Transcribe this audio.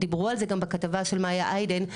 דיברו על זה גם בכתבה של מאיה איידן,